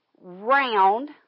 round